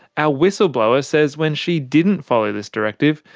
our whistleblower says when she didn't follow this directive,